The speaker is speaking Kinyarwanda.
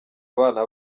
abana